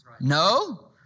No